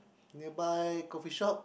nearby coffee shop